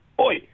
Oi